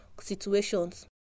situations